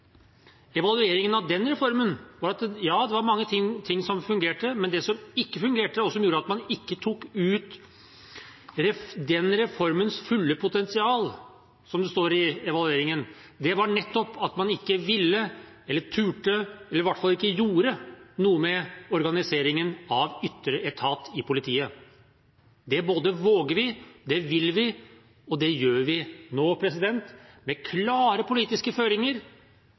Evalueringen av den reformen var at mange ting fungerte. Det som ikke fungerte, og som gjorde at man ikke tok ut reformens fulle potensial – som det står i evalueringen – var nettopp at man ikke ville, ikke turte og i hvert fall ikke gjorde noe med organiseringen av ytre etat i politiet. Det våger vi, det vil vi, og det gjør vi nå med klare politiske føringer